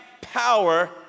power